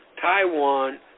taiwan